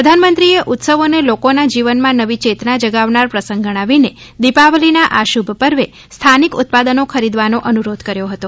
પ્રધાનમંત્રીએ ઉત્સવોને લોકોના જીવનમાં નવી ચેતના જગાવનાર પ્રસંગ ગણાવીને દિપાવલીના આ શુભ પર્વે સ્થાનિક ઉત્પાદનો ખરીદવાનો અનુરોધ કર્યો હતો